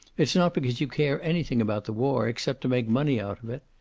it's not because you care anything about the war, except to make money out of it.